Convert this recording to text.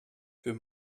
für